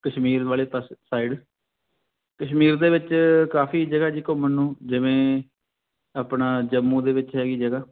ਕਸ਼ਮੀਰ ਵਾਲੇ ਪਾਸੇ ਸਾਈਡ ਕਸ਼ਮੀਰ ਦੇ ਵਿੱਚ ਕਾਫੀ ਜਗ੍ਹਾ ਜੀ ਘੁੰਮਣ ਨੂੰ ਜਿਵੇਂ ਆਪਣਾ ਜੰਮੂ ਦੇ ਵਿੱਚ ਹੈਗੀ ਜਗ੍ਹਾ